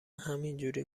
همینجوری